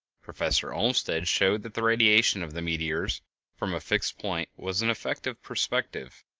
professor olmsted showed that the radiation of the meteors from a fixed point was an effect of perspective,